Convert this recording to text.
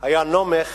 היה נומך